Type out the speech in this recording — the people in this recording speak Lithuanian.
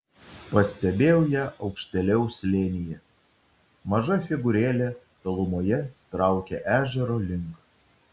pastebėjau ją aukštėliau slėnyje maža figūrėlė tolumoje traukė ežero link